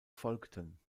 folgten